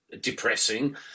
depressing